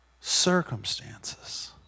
circumstances